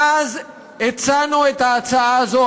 מאז הצענו את ההצעה הזו,